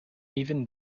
even